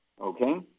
Okay